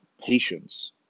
patience